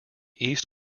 east